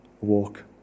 walk